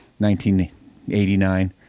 1989